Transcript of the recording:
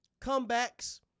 Comebacks